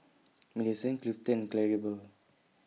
Millicent Clifton and Claribel